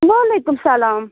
وعلیکُم سَلام